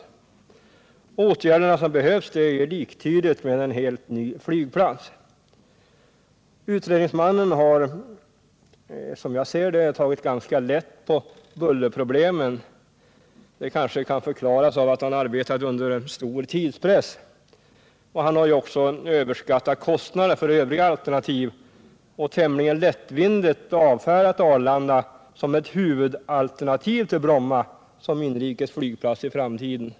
De åtgärder som behövs är liktydiga med en = Stockholmsregiohelt ny flygplats. nen Utredningsmannen har enligt min mening tagit ganska lätt på bullerproblemen. Det kanske kan förklaras av att han arbetat under stor tidspress. Han har också överskattat kostnaderna för övriga alternativ och tämligen lättvindigt avfärdat Arlanda som ett huvudalternativ till Bromma som inrikesflygplats i framtiden.